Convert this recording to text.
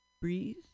breathe